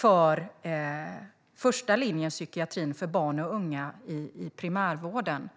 till första linjens psykiatri för barn och unga i primärvården.